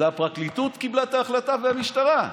הפרקליטות היא שקיבלה את ההחלטה, והמשטרה.